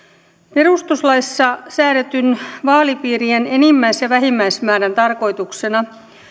perustuslaissa säädetyn vaalipiirien enimmäis ja vähimmäismäärän tarkoituksena